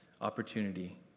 opportunity